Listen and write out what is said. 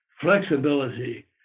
flexibility